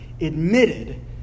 admitted